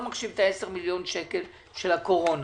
מחשיב את 10 מיליון השקלים של הקורונה